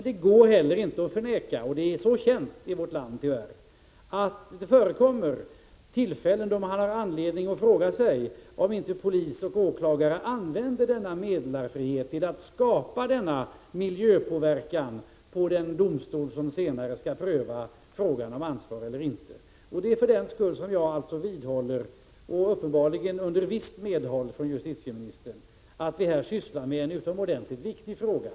Det går emellertid inte att förneka — och det är tyvärr väl känt i vårt land — att det förekommer tillfällen då man har anledning att fråga sig om inte polis och åklagare använder meddelarfriheten till att skapa miljöpåverkan på den domstol som senare skall pröva frågan om ansvar. Det är för den skull som jag vidhåller — uppenbarligen med visst medhåll från justitieministern — att vi här sysslar med en utomordentligt viktig fråga.